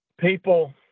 people